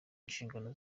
inshingano